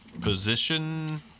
position